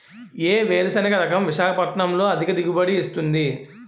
ఏ వేరుసెనగ రకం విశాఖపట్నం లో అధిక దిగుబడి ఇస్తుంది?